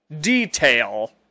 detail